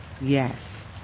Yes